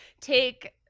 take